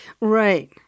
Right